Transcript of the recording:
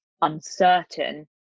uncertain